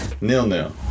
Nil-nil